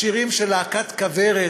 השירים של להקות "כוורת"